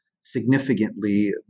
significantly